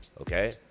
okay